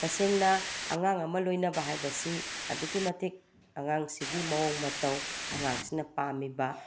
ꯇꯁꯦꯡꯅ ꯑꯉꯥꯡ ꯑꯃ ꯂꯣꯏꯅꯕ ꯍꯥꯏꯕꯁꯤ ꯑꯗꯨꯛꯀꯤ ꯃꯇꯤꯛ ꯑꯉꯥꯡꯁꯤꯒꯤ ꯃꯑꯣꯡ ꯃꯇꯧ ꯑꯉꯥꯡꯁꯤꯅ ꯄꯥꯝꯃꯤꯕ